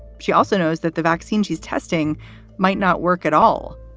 she also knows that the vaccine she's testing might not work at all.